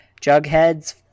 Jughead's